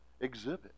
exhibit